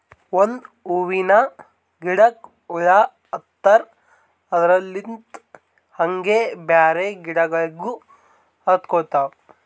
ಒಂದ್ ಹೂವಿನ ಗಿಡಕ್ ಹುಳ ಹತ್ತರ್ ಅದರಲ್ಲಿಂತ್ ಹಂಗೆ ಬ್ಯಾರೆ ಗಿಡಗೋಳಿಗ್ನು ಹತ್ಕೊತಾವ್